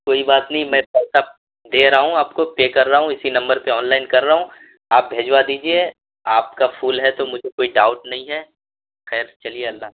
کوئی بات نہیں میں پیسہ دے رہا ہوں آپ کو پے کر رہا ہوں اسی نمبر پہ آن لائن کر رہا ہوں آپ بھجوا دیجیے آپ کا پھول ہے تو مجھے کوئی ڈاؤٹ نہیں ہے خیر چلیے اللہ